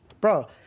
Bro